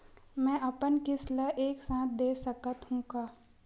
मै अपन किस्त ल एक साथ दे सकत हु का?